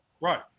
right